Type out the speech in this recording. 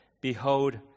Behold